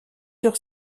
sur